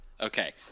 okay